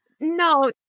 no